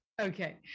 Okay